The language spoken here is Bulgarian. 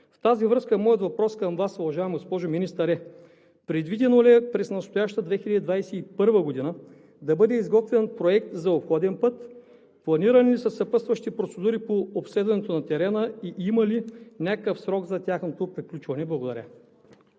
В тази връзка моят въпрос към Вас, уважаема госпожо Министър, е: предвидено ли е през настоящата 2021 г. да бъде изготвен Проект за обходен път? Планирани ли са съпътстващи процедури по обследването на терена и има ли някакъв срок за тяхното приключване? Благодаря.